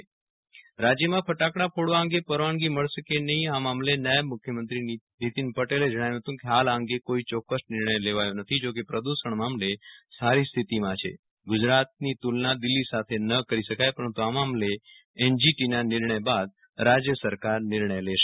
રલ રાણા રાજ્યમાં ફટાકડા ફોડવા અંગે પરવાનગી મળશે કે નહિ આ મામલે નાયબ મુખ્યમંત્રી નીતિન પટેલે જણાવ્યું હતું કે ફાલ આ અંગે કોઈ ચોક્કસ નિર્ણય લેવાયો નથી જોકે પ્રદુષણ મામલે સારી સ્થિતિમાં છે ગુજરાતની તુલના દિલ્ફી સાથે ન કરી શકાય પરંતુ આ મામલે એનએફટીનાં નિર્ણય બાદ રાજ્ય સરકાર નિર્ણય લેશે